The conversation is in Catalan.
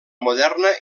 moderna